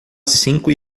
cinco